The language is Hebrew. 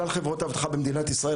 כלל חברות האבטחה החמושות במדינת ישראל,